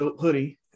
hoodie